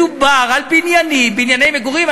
מדובר על בנייני מגורים.